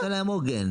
וזה נותן להם עוגן.